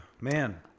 man